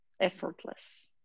Effortless